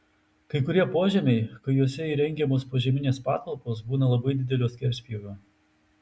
kai kurie požemiai kai juose įrengiamos požeminės patalpos būna labai didelio skerspjūvio